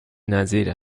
نظیر